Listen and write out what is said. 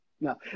No